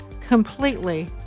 completely